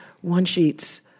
one-sheets